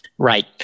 Right